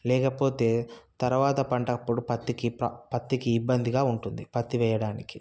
లేకపోతే తర్వాత పంటప్పుడు పత్తికి పత్తికి ఇబ్బందిగా ఉంటుంది పత్తి వేయడానికి